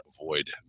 Avoid